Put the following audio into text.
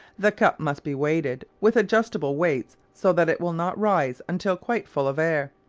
the cup must be weighted with adjustable weights so that it will not rise until quite full of air.